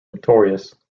notorious